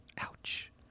Ouch